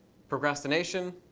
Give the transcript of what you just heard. procrastination.